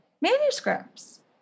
manuscripts